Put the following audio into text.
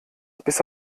bis